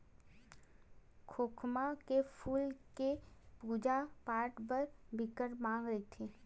खोखमा के फूल के पूजा पाठ बर बिकट मांग रहिथे